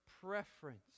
preference